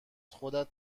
خودت